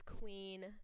queen